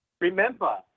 Remember